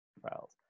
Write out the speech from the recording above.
trials